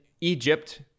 Egypt